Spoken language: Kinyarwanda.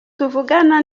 tuvugana